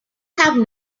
have